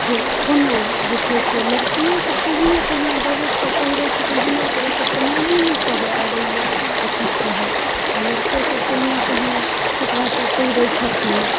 जे कोना जे छै से लड़कियो सब तेहने तेहने ड्रेस सब पहिरै छथिन हमरा तऽ ओ सबके नामो नहि कहऽ अबैये जे की कहब आओर लड़िकों सब तेहने तेहने कपड़ा सब पहिरै छथिन